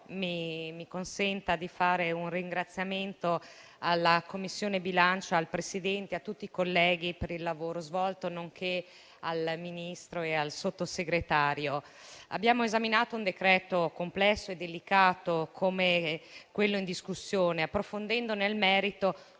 mia volta un ringraziamento alla Commissione bilancio, al suo Presidente e a tutti i colleghi per il lavoro svolto, nonché al Ministro e al Sottosegretario. Abbiamo esaminato un decreto complesso e delicato, come quello in discussione, approfondendo nel merito